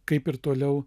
kaip ir toliau